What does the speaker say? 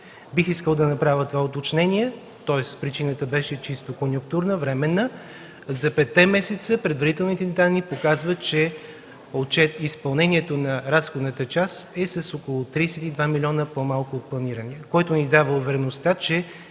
Бих искал да направя уточнението, тоест причината беше чисто конюнктурна, временна – за петте месеца предварителните данни показват, че изпълнението на разходната част е с около 32 милиона по-малко от планираната, което ни дава увереността, че